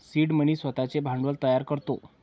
seed money स्वतःचे भांडवल तयार करतो